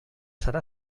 serà